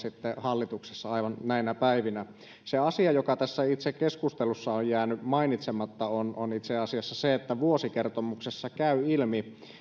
hallituksessa aivan näinä päivinä asia joka tässä itse keskustelussa on jäänyt mainitsematta on on itse asiassa se että vuosikertomuksesta käy ilmi